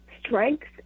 strength